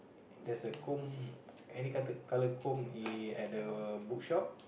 there's a comb any colour comb in at the bookshop